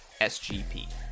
SGP